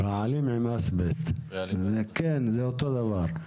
רעלים עם אסבסט, כן, זה אותו דבר.